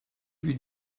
lui